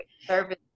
service